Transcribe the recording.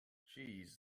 jeez